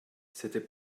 c’était